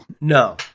No